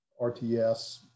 RTS